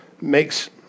makes